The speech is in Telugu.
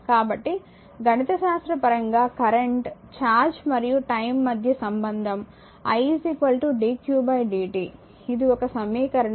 కాబట్టి గణితశాస్త్ర పరంగా కరెంట్ ఛార్జ్ మరియు టైమ్ మధ్య సంబంధం i dqdt ఇది ఒక సమీకరణం 1